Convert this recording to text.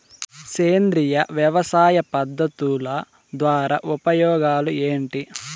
సేంద్రియ వ్యవసాయ పద్ధతుల ద్వారా ఉపయోగాలు ఏంటి?